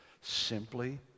simply